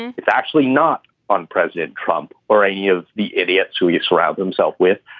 it's actually not on president trump or any of the idiots who you surround himself with.